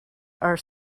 are